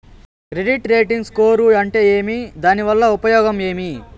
Credit rating score అంటే ఏమి దాని వల్ల ఉపయోగం ఏమి?